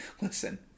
Listen